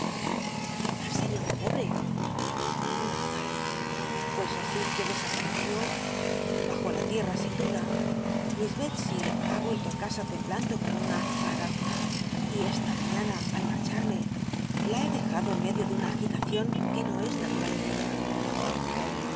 quizás seda un pobre no ta l pues así que dcsapmeció bajo la lica sin duda miss betsey ha uelto u casa temblando como una azogada y esta mañana al murcharme la he dejado en medio de una agilacion que no c s natural en ella